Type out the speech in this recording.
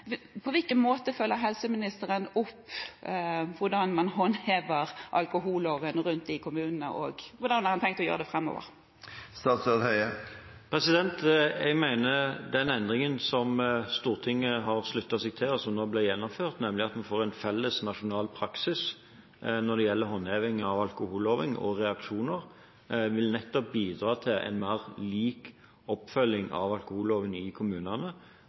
På hvilken måte følger helseministeren opp håndhevingen av alkoholloven rundt om i kommunene, og hvordan har han tenkt å gjøre det framover? Jeg mener den endringen som Stortinget har sluttet seg til, og som nå blir gjennomført, nemlig at vi får en felles nasjonal praksis når det gjelder håndheving av alkoholloven og reaksjoner, nettopp vil bidra til en mer lik oppfølging av alkoholloven i kommunene.